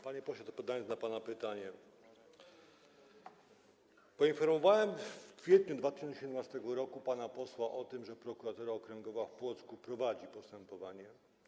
Panie pośle, odpowiadając na pana pytanie, poinformowałem w kwietniu 2017 r. pana posła o tym, że Prokuratura Okręgowa w Płocku prowadzi postępowanie.